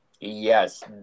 Yes